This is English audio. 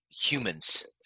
Humans